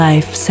Life